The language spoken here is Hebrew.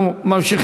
אתה צריך